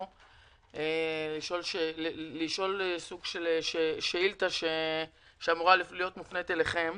לשאול שאילתה שאמורה להיות מופנית אליכם.